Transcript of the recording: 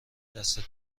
دستت